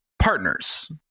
Partners